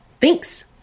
thanks